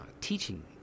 teaching